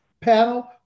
panel